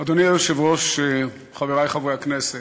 אדוני היושב-ראש, חברי חברי הכנסת,